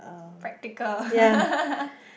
practical